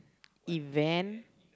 event